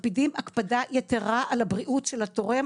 מקפידים הקפדה יתרה על הבריאות של התורם.